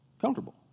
comfortable